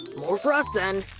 more for us then!